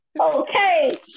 Okay